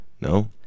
No